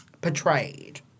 portrayed